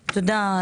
תודה,